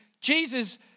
Jesus